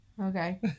Okay